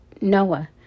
Noah